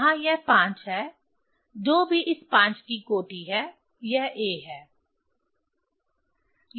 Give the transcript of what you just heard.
यहाँ यह 5 है जो भी इस 5 की कोटि है यह a है